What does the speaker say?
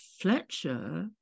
Fletcher